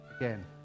again